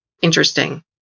interesting